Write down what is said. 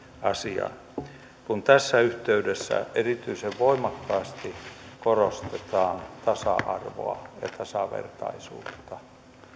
kahteen asiaan kun tässä yhteydessä erityisen voimakkaasti korostetaan tasa arvoa ja tasavertaisuutta